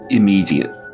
immediate